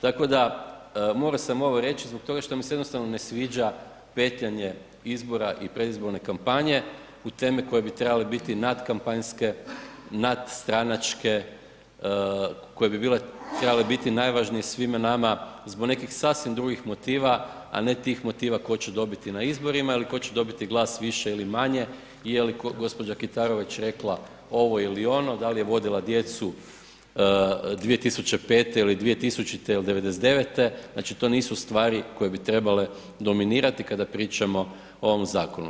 Tako da, morao sam ovo reći zbog toga što mi se jednostavno ne sviđa petljanje izbora i predizborne kampanje u teme koje bi trebale biti nadkampanjske, nadstranačke, koje bi bile trebale biti najvažnije svima nama zbog nekih sasvim drugih motiva, a ne tih motiva tko će dobiti na izborima ili tko će dobiti glas više ili manje, je li gospođa Kitarović rekla ovo ili ono, da li je vodila djecu 2005. ili 2000. ili '99., znači to nisu stvari koje bi trebale dominirati kada pričamo o ovom zakonu.